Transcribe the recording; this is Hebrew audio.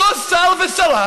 אותם שר ושרה